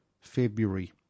February